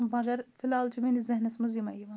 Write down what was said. مگر فِلحال چھِ میٛٲنِس ذہنَس منٛز یِمَے یِوان